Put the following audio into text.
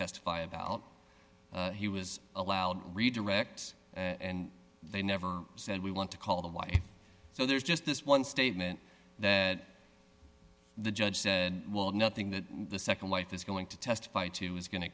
testify about he was allowed to redirect and they never said we want to call the wife so there's just this one statement that the judge said well nothing that the nd wife is going to testify to is going to